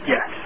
Yes